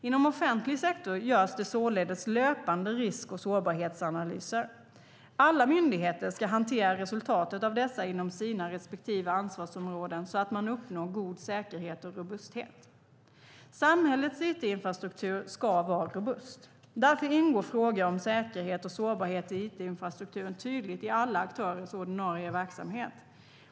Inom offentlig sektor görs det således löpande risk och sårbarhetsanalyser. Alla myndigheter ska hantera resultatet av dessa inom sina respektive ansvarsområden så att man uppnår god säkerhet och robusthet. Samhällets it-infrastruktur ska vara robust. Därför ingår frågor om säkerhet och sårbarhet i it-infrastrukturen tydligt i alla aktörers ordinarie verksamhet.